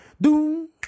Doom